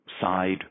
side